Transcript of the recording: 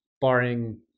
barring